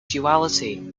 duality